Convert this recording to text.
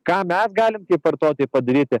ką mes galim kaip vartotojai padaryti